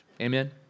Amen